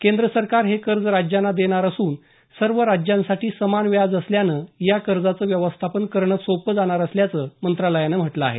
केंद्र सरकार हे कर्ज राज्यांना देणारं असून सर्व राज्यांसाठी समान व्याज दर असल्यानं या कर्जाचं व्यवस्थापन करणं सोपं जाणार असल्याचंही मंत्रालयानं म्हटलं आहे